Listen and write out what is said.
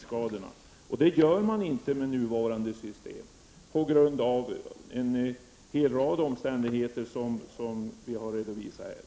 Sådana möjligheter har man inte med nuvarande system. Det beror på en rad omständigheter som vi redovisat i detta sammanhang.